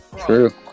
True